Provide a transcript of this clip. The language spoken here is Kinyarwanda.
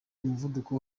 umuvuduko